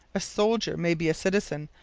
a soldier may be a citizen,